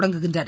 தொடங்குகின்றன